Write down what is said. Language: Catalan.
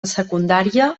secundària